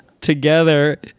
together